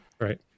Right